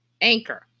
Anchor